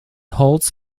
holds